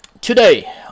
Today